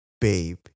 babe